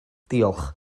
diolch